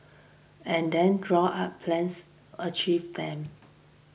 and then draw up plans achieve them